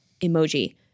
Emoji